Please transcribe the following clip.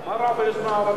מה רע ביוזמה הערבית?